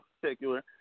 particular